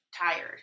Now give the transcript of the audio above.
tired